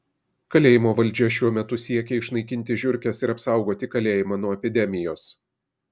kalėjimo valdžia šiuo metu siekia išnaikinti žiurkes ir apsaugoti kalėjimą nuo epidemijos